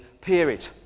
period